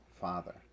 Father